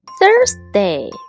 Thursday